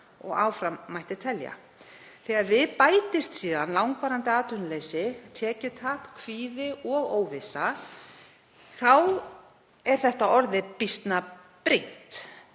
og áfram mætti telja. Þegar við bætist síðan langvarandi atvinnuleysi, tekjutap, kvíði og óvissa þá er það orðið býsna brýnt